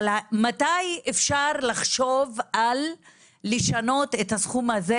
מתי אפשר לחשוב על לשנות את הסכום הזה?